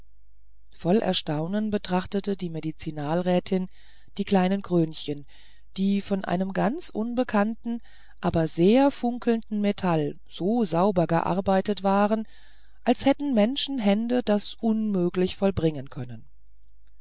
voll erstaunen betrachtete die medizinalrätin die kleinen krönchen die von einem ganz unbekannten aber sehr funkelnden metall so sauber gearbeitet waren als hätten menschenhände das unmöglich vollbringen können